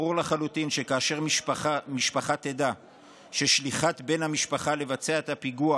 ברור לחלוטין שכאשר משפחה תדע ששליחת בן המשפחה לבצע את הפיגוע